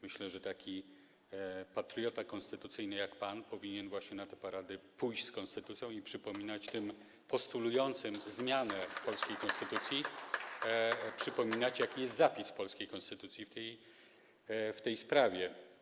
Myślę, że taki patriota konstytucyjny jak pan powinien właśnie na te parady pójść z konstytucją i przypominać tym postulującym zmianę w polskiej konstytucji, jaki jest zapis w polskiej konstytucji w tej sprawie.